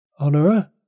Honora